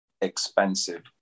expensive